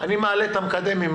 ולשנות את המקדם.